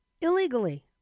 illegally